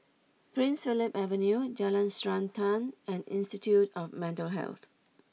Prince Philip Avenue Jalan Srantan and Institute of Mental Health